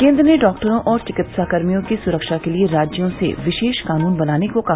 केन्द्र ने डॉक्टरों और चिकित्साकर्मियों की सुरक्षा के लिए राज्यों से विशेष कानून बनाने को कहा